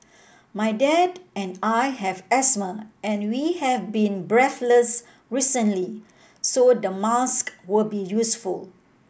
my dad and I have asthma and we have been breathless recently so the mask will be useful